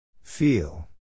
Feel